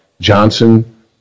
Johnson